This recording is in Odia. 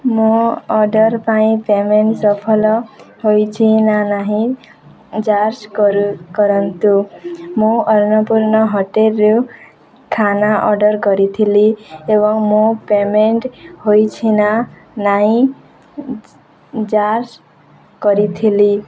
ମୋ ଅର୍ଡ଼ର୍ ପାଇଁ ପେମେଣ୍ଟ ସଫଲ ହୋଇଛି ନା ନାହିଁ କରନ୍ତୁ ମୁଁ ଅନ୍ନପୂର୍ଣ୍ଣା ହୋଟେଲରେ ଖାନା ଅର୍ଡ଼ର୍ କରିଥିଲି ଏବଂ ମୁଁ ପେମେଣ୍ଟ ହୋଇଛି ନା ନାହିଁ କରିଥିଲି